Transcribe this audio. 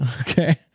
Okay